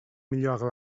millor